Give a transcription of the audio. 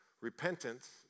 Repentance